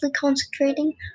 concentrating